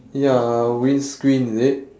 ya windscreen is it